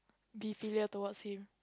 be filial towards him